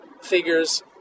figures